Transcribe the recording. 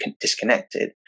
disconnected